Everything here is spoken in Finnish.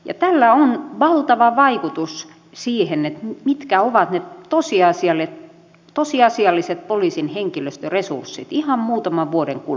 tällä on valtava vaikutus siihen mitkä ovat ne tosiasialliset poliisin henkilöstöresurssit ihan muutaman vuoden kuluttua